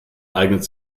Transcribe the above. eignet